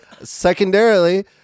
Secondarily